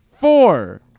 four